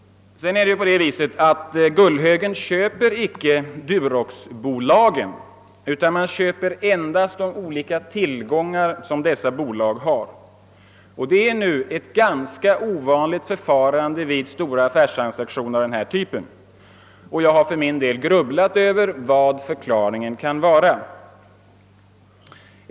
Vidare köper inte Gullhögen Duroxbolaget utan endast de olika tillgångar som bolaget har, och det är nu ett ganska ovanligt förfarande vid stora affärstransaktioner av denna typ. Jag har grubblat över vilken förklaringen där kan vara.